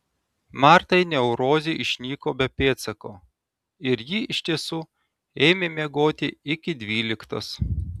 martai neurozė išnyko be pėdsako ir ji iš tiesų ėmė miegoti iki dvyliktos